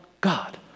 God